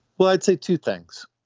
well i'd say two things.